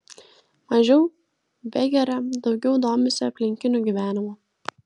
mažiau begeria daugiau domisi aplinkiniu gyvenimu